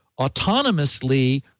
autonomously